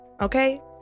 Okay